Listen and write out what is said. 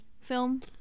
film